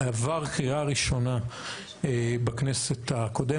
עבר קריאה ראשונה בכנסת הקודמת.